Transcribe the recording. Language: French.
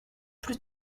plus